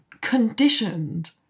conditioned